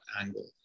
angle